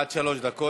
עד שלוש דקות.